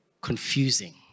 confusing